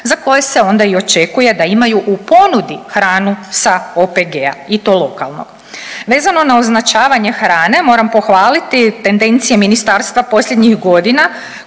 za koje se onda i očekuje da imaju u ponudi hranu sa OPG-a i to lokalnog. Vezano na označavanje hrane moram pohvaliti tendencije ministarstva posljednjih godina